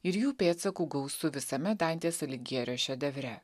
ir jų pėdsakų gausu visame dantės aligjerio šedevre